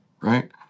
right